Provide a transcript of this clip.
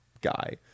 guy